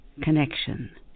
connection